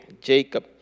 jacob